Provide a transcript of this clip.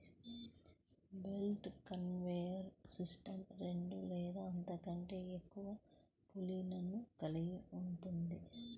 belt conveyor system రెండు లేదా అంతకంటే ఎక్కువ పుల్లీలను కలిగి ఉంటుంది